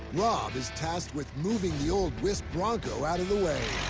rob is tasked with moving the old wisp bronco out of the way.